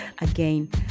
again